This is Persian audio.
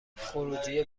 خروجی